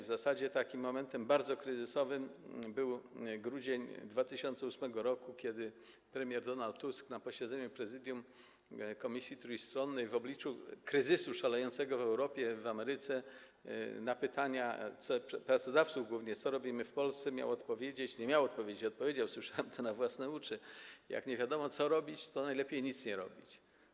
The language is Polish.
W zasadzie takim bardzo kryzysowym momentem był grudzień 2008 r., kiedy premier Donald Tusk na posiedzeniu Prezydium Komisji Trójstronnej w obliczu kryzysu szalejącego w Europie, w Ameryce na pytania zadawane głównie przez pracodawców, co robimy w Polsce, miał odpowiedzieć... nie miał odpowiedzieć, tylko odpowiedział, słyszałem to na własne uszy: Jak nie wiadomo, co robić, to najlepiej nic nie robić.